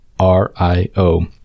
R-I-O